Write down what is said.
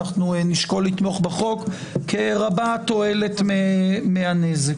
אנחנו נשקול לתמוך בחוק כי רבה התועלת מהנזק.